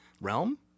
realm